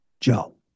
Joe